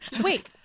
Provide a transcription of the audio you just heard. Wait